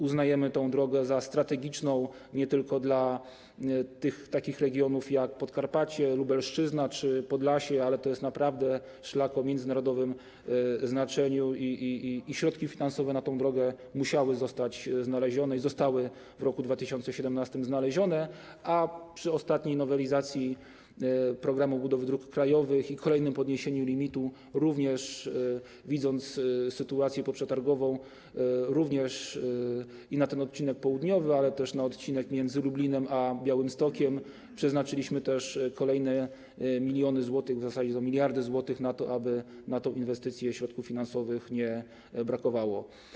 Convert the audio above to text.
Uznajemy tę drogę za strategiczną nie tylko dla takich regionów jak Podkarpacie, Lubelszczyzna czy Podlasie, ale to jest naprawdę szlak o międzynarodowym znaczeniu i środki finansowe na tę drogę musiały zostać znalezione i zostały w roku 2017 znalezione, a przy ostatniej nowelizacji programu budowy dróg krajowych i kolejnym podniesieniu limitu, widząc sytuację poprzetargową, również na ten odcinek południowy, ale też na odcinek między Lublinem a Białymstokiem przeznaczyliśmy kolejne miliony złotych, w zasadzie miliardy złotych, aby na tę inwestycję środków finansowych nie brakowało.